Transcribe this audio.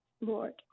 Lord